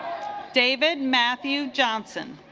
david matthew johnson